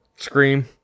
Scream